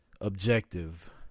objective